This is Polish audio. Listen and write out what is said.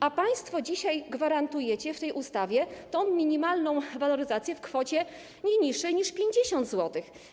A państwo dzisiaj gwarantujecie w tej ustawie minimalną waloryzację w kwocie nie niższej niż 50 zł.